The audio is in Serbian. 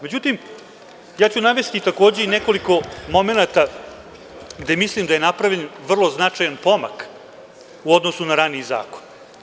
Međutim, ja ću navesti takođe i nekoliko momenata gde mislim da je napravljen vrlo značaj pomak u odnosu na raniji zakon.